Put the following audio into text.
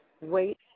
Wait